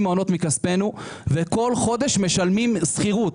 מכספינו וכל חודש משלמים שכירות.